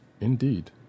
Indeed